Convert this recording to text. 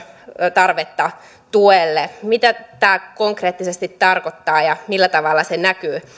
tarvetta tuelle mitä tämä konkreettisesti tarkoittaa ja millä tavalla se näkyy